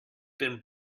been